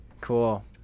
cool